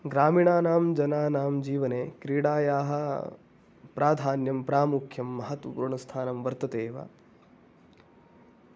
ग्रामीणानां जनानां जीवने क्रीडायाः प्राधान्यं प्रामुख्यं महत्त्वपूर्णस्थानं वर्तते एव